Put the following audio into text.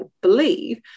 believe